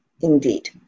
indeed